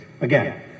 Again